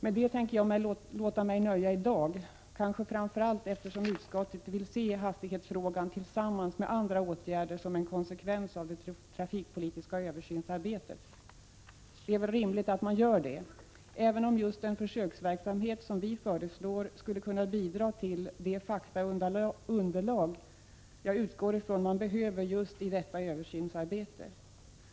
Med det tänker jag låta nöja mig i dag, kanske framför allt eftersom utskottet vill se hastighetsfrågan tillsammans med andra åtgärder som en konsekvens av det trafikpolitiska översynsarbetet. Det är väl rimligt att man gör det, även om just en sådan försöksverksamhet som vi föreslår skulle kunna bidra till det faktaunderlag jag utgår ifrån att man behöver just i detta översynsarbete.